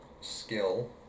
skill